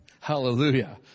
Hallelujah